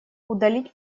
удалить